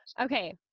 okay